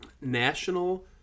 National